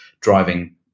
driving